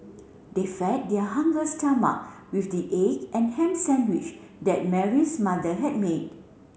they fed their hunger stomach with the egg and ham sandwich that Mary's mother had made